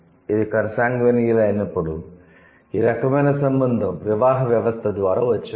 ఇది 'కన్సాన్గ్వినియల్' అయినప్పుడు ఈ రకమైన సంబంధం వివాహ వ్యవస్థ ద్వారా వచ్చింది